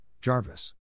Jarvis